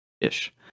Ish